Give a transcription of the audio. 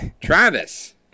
Travis